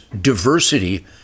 diversity